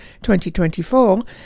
2024